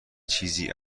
چیزی